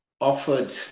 offered